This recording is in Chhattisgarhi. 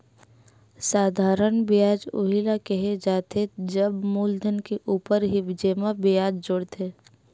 साधारन बियाज उही ल केहे जाथे जब मूलधन के ऊपर ही जेमा बियाज जुड़थे